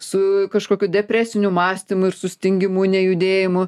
su kažkokiu depresiniu mąstymu ir sustingimu nejudėjimo